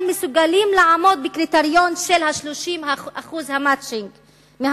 מסוגלים לעמוד בקריטריון של 30% "מצ'ינג"